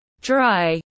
dry